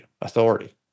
authority